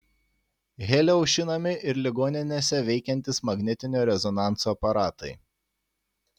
heliu aušinami ir ligoninėse veikiantys magnetinio rezonanso aparatai